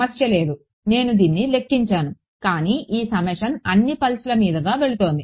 సమస్య లేదు నేను దీన్ని లెక్కించాను కానీ ఈ సమ్మేషన్ అన్ని పల్స్ల మీదుగా వెళుతుంది